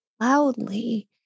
loudly